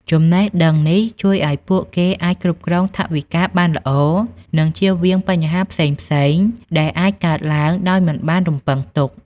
ចំណេះដឹងនេះជួយឲ្យពួកគេអាចគ្រប់គ្រងថវិកាបានល្អ និងជៀសវាងបញ្ហាផ្សេងៗដែលអាចកើតឡើងដោយមិនបានរំពឹងទុក។